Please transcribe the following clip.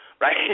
right